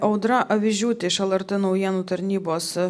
audra avižiūtė iš lrt naujienų tarnybos